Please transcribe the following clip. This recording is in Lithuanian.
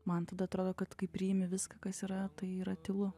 man tada atrodo kad kai priimi viską kas yra tai yra tylu